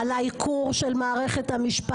שלא לדבר על העיקור של מערכת המשפט,